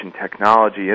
technology